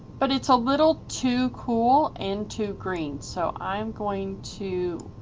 but it's a little to cool and to green. so i'm going to